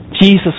Jesus